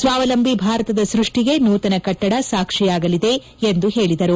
ಸ್ವಾವಲಂಬಿ ಭಾರತದ ಸೃಷ್ಷಿಗೆ ನೂತನ ಕಟ್ಲಡ ಸಾಕ್ಷಿಯಾಗಲಿದೆ ಎಂದು ಹೇಳಿದರು